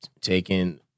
taking